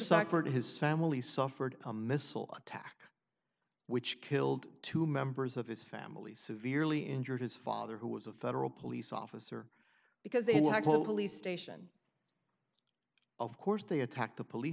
soccer his family suffered a missile attack which killed two members of his family severely injured his father who was a federal police officer because they were told police station of course they attacked the police